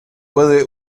puede